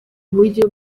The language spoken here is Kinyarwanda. buryo